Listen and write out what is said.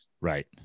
Right